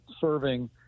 serving